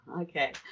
okay